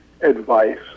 advice